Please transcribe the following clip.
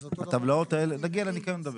הטבלאות האלה, נגיע לניקיון ונדבר.